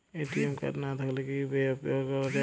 ATM card না থাকলে কি ইউ.পি.আই ব্যবহার করা য়ায়?